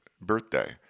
birthday